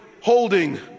holding